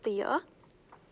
the year